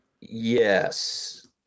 yes